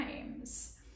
times